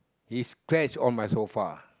he's scratch on my sofa